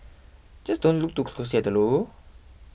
just don't look too closely at the logo